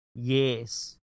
Yes